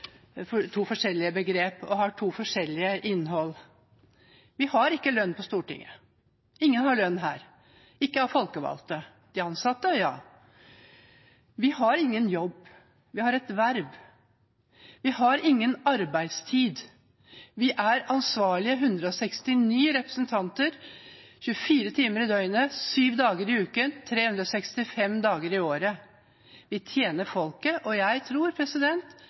begrep og har to forskjellige innhold. Vi har ikke lønn på Stortinget. Ingen har lønn her – ikke av de folkevalgte. De ansatte har det – ja. Vi har ingen jobb, vi har et verv. Vi har ingen arbeidstid. Vi er 169 ansvarlige representanter, 24 timer i døgnet, 7 dager i uken, 365 dager i året. Vi tjener folket, og jeg tror